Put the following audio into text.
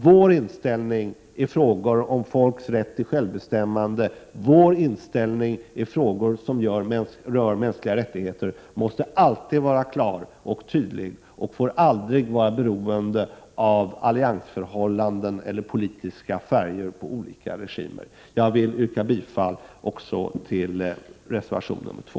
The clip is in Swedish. Sveriges inställning i frågor om folks rätt till självbestämmande, i frågor som rör mänskliga rättigheter, måste alltid vara klar och tydlig och får aldrig vara beroende av alliansförhållanden eller politiska färger på olika regimer. Jag vill yrka bifall också till reservation nr 2.